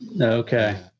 Okay